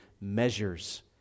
measures